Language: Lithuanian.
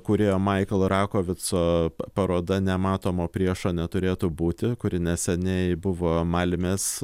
kūrėjo maiklo rakovico paroda nematomo priešo neturėtų būti kuri neseniai buvo malmės